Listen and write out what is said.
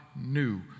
New